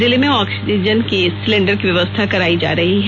जिले में oxygen cylinder की व्यवस्था कराई जा रही है